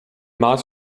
maß